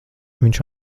viņš